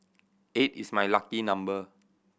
eight is my lucky number